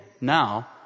now